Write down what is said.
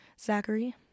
Zachary